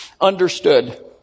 understood